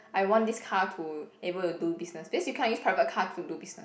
I want this car to able to do business because you can use private car to do business